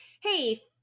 hey